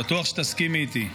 בטוח שתסכימי איתי.